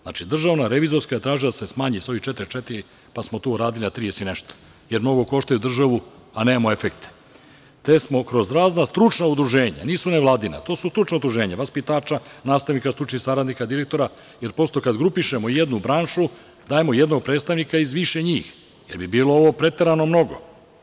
Znači, DRI je tražila da se smanji sa ovih 44, pa smo to uradili na 30 i nešto, jer mnogo koštaju državu, a nemamo efekte, te smo kroz razna stručna udruženja, nisu nevladina, to su stručna udruženja vaspitača, nastavnika, stručnih saradnika, direktora, jer prosto, kad grupišemo jednu branšu, dajemo jednog predstavnika iz više njih, jer bi bilo ovo preterano moglo.